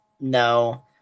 No